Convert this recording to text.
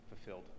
fulfilled